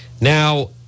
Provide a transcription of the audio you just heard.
Now